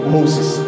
Moses